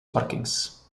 parkings